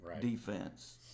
defense